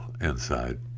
inside